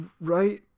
right